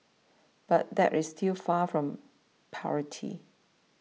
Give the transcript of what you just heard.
but that is still far from parity